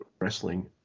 wrestling